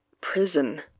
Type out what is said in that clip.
prison